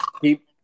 Keep